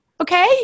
okay